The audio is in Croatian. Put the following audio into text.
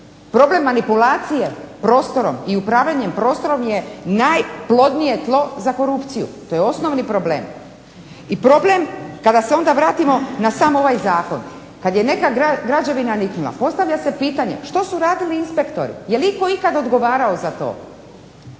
problem manipulacije prostorom i upravljanje prostorom je najplodnije tlo za korupciju, to je osnovni problem. I problem kada se onda vratimo na sam ovaj zakon, kada je neka građevina niknula postavlja se pitanje, što su radili inspektori? Jel itko ikada odgovarao za to?